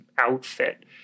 outfit